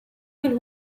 del